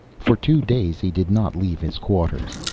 for two days he did not leave his quarters.